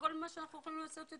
כשאנחנו על סיפו של גל